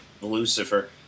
Lucifer